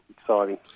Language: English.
exciting